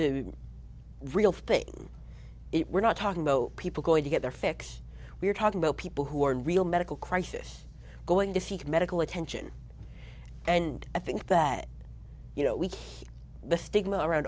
the real thing it we're not talking though people going to get their fix we're talking about people who are in real medical crisis going to seek medical attention and i think that you know we keep the stigma around